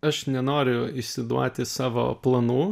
aš nenoriu išsiduoti savo planų